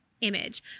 image